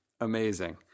Amazing